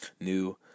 new